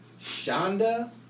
Shonda